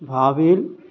ഭാവിയിൽ